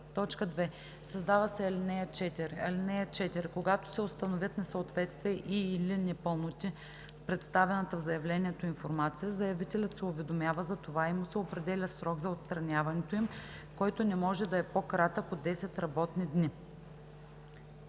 2. Създава се ал. 4: „(4) Когато се установят несъответствия и/или непълноти в представената в заявлението информация, заявителят се уведомява за това и му се определя срок за отстраняването им, който не може да е по-кратък от 10 работни дни.“